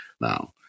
now